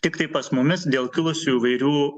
tiktai pas mumis dėl kilusių įvairių